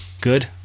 Good